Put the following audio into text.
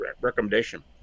recommendation